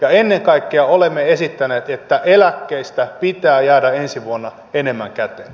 ja ennen kaikkea olemme esittäneet että eläkkeistä pitää jäädä ensi vuonna enemmän käteen